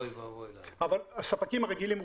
אבל הספקים הרגילים,